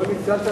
תודה רבה.